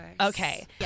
Okay